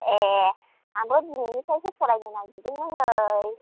ए आंबो दिनैनिफ्रायसो फरायनो नायरदोंमोन नै